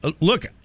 look